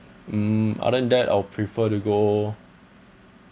mm other than that I'll prefer to go